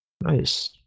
Nice